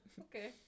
Okay